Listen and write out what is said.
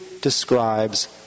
describes